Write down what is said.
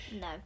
No